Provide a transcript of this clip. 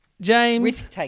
James